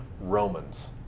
Romans